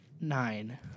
Nine